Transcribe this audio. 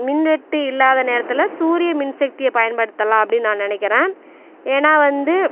மின்வெட்டு இல்லாத நேரத்தில் சூரிய மின்சக்தியை பயன்படுத்தலாம் அப்படினு நான் நினைக்கிறேன் ஏன்னால் வந்து